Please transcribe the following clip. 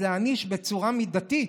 אז להעניש בצורה מידתית.